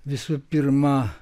visų pirma